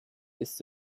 ist